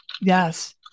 Yes